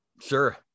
Sure